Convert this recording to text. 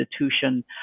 institution